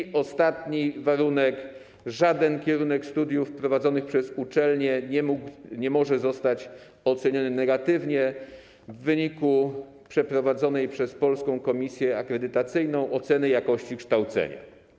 I ostatni warunek: żaden kierunek studiów prowadzonych przez uczelnię nie może zostać oceniony negatywnie w wyniku przeprowadzonej przez Polską Komisję Akredytacyjną oceny jakości kształcenia.